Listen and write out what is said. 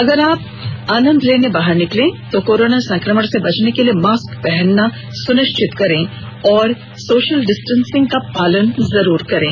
अगर आप आनंद लेने बाहर निकलें तो कोरोना संक्रमण से बचने के लिए मास्क पहनना सुनिश्चित करें और सोशल डिस्टेंसिंग का पालन करें